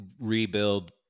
rebuild